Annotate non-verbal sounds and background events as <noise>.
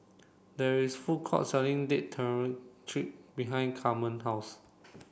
there is food court selling Date Tamarind <unintelligible> behind Camren house